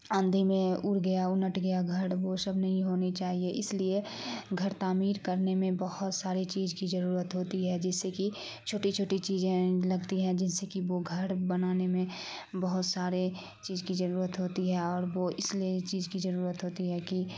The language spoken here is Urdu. آندھی میں اڑ گیا انٹ گیا گھر وہ سب نہیں ہونی چاہیے اس لیے گھر تعمیر کرنے میں بہت ساری چیز کی ضرورت ہوتی ہے جس سے کہ چھوٹی چھوٹی چیزیں لگتی ہیں جن سے کہ وہ گھر بنانے میں بہت سارے چیز کی ضرورت ہوتی ہے اور وہ اس لیے چیز کی ضرورت ہوتی ہے کہ